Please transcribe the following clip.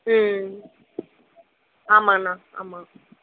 ஆமா அண்ணா ஆமாம்